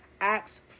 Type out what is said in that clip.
Acts